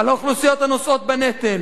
על האוכלוסיות הנושאות בנטל,